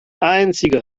einzige